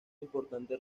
importante